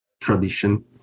tradition